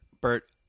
Bert